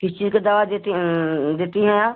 किस चीज का दवा देती देती हैं आप